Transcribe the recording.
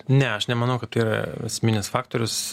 ne aš nemanau kad tai yra esminis faktorius